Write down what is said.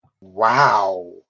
Wow